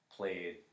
played